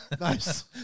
Nice